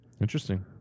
Interesting